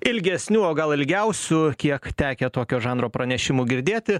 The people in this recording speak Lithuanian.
ilgesnių o gal ilgiausių kiek tekę tokio žanro pranešimų girdėti